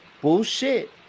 bullshit